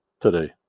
today